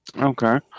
okay